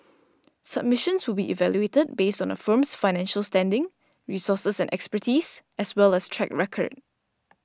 submissions will be evaluated based on a firm's financial standing resources and expertise as well as track record